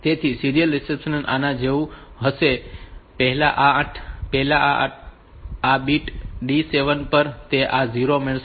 તેથી serial reception આના જેવું હશે પહેલા આ બીટ D 7 પર તે આ 0 મેળવશે